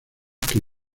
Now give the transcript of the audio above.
que